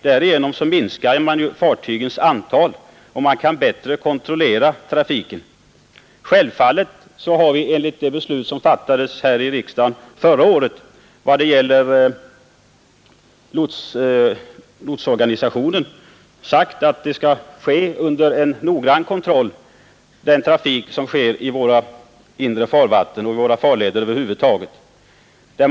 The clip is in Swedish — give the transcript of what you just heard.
Därigenom minskar fartygens antal och trafiken kan kontrolleras bättre. Självfallet har vi i enlighet med det beslut som fattades här i riksdagen förra året vad gäller lotsorganisationen sagt att trafiken i våra inre farvatten och farlederna över huvud taget skall ske under en noggrann kontroll.